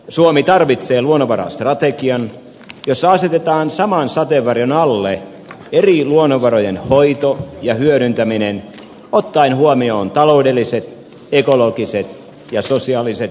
suomi tarvitsee luonnonvarastrategian jossa asetetaan saman sateenvarjon alle eri luonnonvarojen hoito ja hyödyntäminen ottaen huomioon taloudelliset ekologiset ja sosiaaliset ulottuvuudet